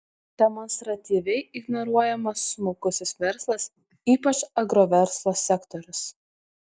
demonstratyviai ignoruojamas smulkusis verslas ypač agroverslo sektorius